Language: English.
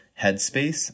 headspace